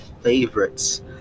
favorites